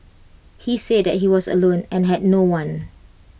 he said that he was alone and had no one